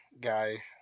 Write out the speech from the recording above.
guy